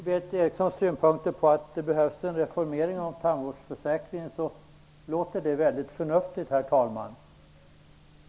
Berith Erikssons synpunkter på att det behövs en reformering av tandvårdsförsäkringen låter mycket förnuftiga.